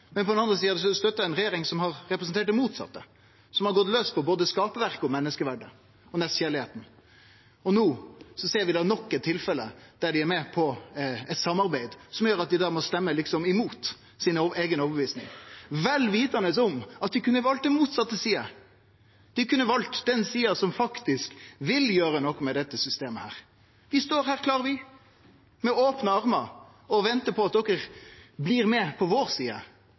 men på den andre sida har dei støtta ei regjering som har representert det motsette, som har gått laus på både skaparverket, menneskeverdet og nestekjærleiken. Og no ser vi nok eit tilfelle der dei er med på eit samarbeid som gjer at dei må røyste imot si eiga overtyding – vel vitande om at dei kunne ha valt motsett side. Dei kunne ha valt den sida som faktisk vil gjere noko med dette systemet. Vi står klar her, med opne armar og ventar på at de blir med på vår side.